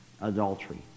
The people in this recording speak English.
adultery